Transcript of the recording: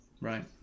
Right